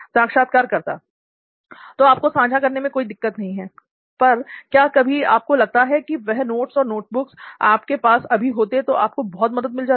साक्षात्कारकर्ता तो आपको साझा करने में कोई दिक्कत नहीं है पर क्या कभी आपको लगता है की वह नोट्स और नोटबुक्स आपके पास अभी होते तो आपको बहुत मदद मिल जाती